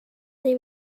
they